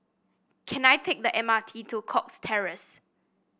can I take the M R T to Cox Terrace